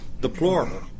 deplorable